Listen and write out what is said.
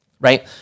Right